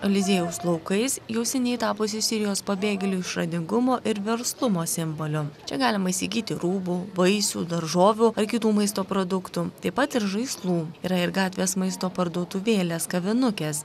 eliziejaus laukais jau seniai tapusi sirijos pabėgėlių išradingumo ir verslumo simboliu čia galima įsigyti rūbų vaisių daržovių ar kitų maisto produktų taip pat ir žaislų yra ir gatvės maisto parduotuvėlės kavinukės